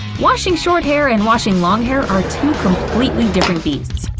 washing short hair and washing long hair are two completely different beasts.